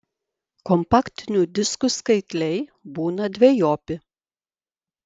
kompaktinių diskų skaitliai būna dvejopi